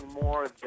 more